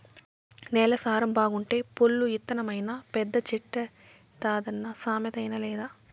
నేల సారం బాగుంటే పొల్లు ఇత్తనమైనా పెద్ద చెట్టైతాదన్న సామెత ఇనలేదా